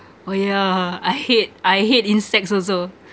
oh yeah I hate I hate insects also